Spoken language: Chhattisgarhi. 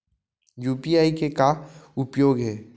यू.पी.आई के का उपयोग हे?